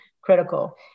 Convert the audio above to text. critical